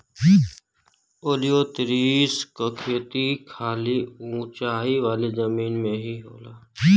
ओलियोतिरिस क खेती खाली ऊंचाई वाले जमीन में ही होला